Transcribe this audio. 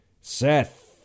Seth